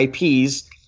IPs